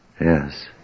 Yes